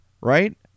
right